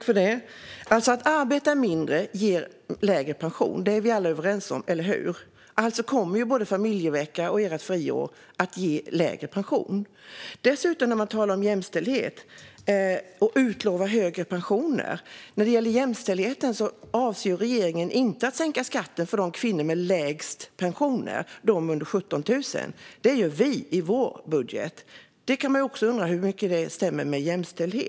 Fru talman! Att arbeta mindre ger lägre pension; det är vi alla överens om, eller hur? Alltså kommer både familjevecka och friåret att ge lägre pension. Man talar dessutom om jämställdhet och utlovar högre pensioner. När det gäller jämställdheten avser regeringen inte att sänka skatten för de kvinnor som har lägst pensioner, det vill säga de med pensioner under 17 000. Det gör vi i vår budget. Man kan undra hur mycket det stämmer med arbetet för jämställdhet.